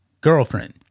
girlfriend